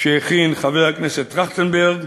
שהכין חבר הכנסת טרכטנברג,